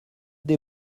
des